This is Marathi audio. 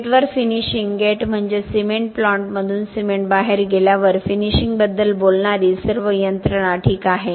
गेटवर फिनिशिंग गेट म्हणजे सिमेंट प्लांटमधून सिमेंट बाहेर गेल्यावर फिनिशिंगबद्दल बोलणारी सर्व यंत्रणा ठीक आहे